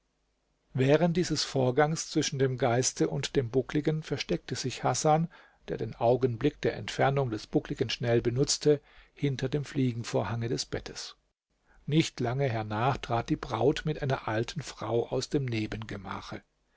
während dieses vorgangs zwischen dem geiste und dem buckligen versteckte sich hasan der den augenblick der entfernung des buckligen schnell benutzte hinter dem fliegenvorhange des bettes nicht lange hernach trat die braut mit einer alten frau aus dem